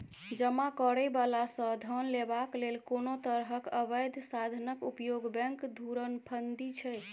जमा करय बला सँ धन लेबाक लेल कोनो तरहक अबैध साधनक उपयोग बैंक धुरफंदी छै